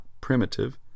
primitive